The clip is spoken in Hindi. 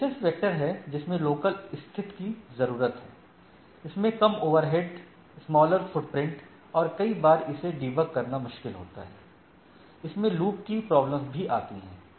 एक डिस्टेंस वेक्टर है जिसमें केवल लोकल स्थित की जरूरत होती है इसमें कम ओवरहेड स्मालर फुटप्रिंट और कई बार इसे डीबग करना मुश्किल होता है इसमें लूप की प्रॉब्लम भी आ सकती है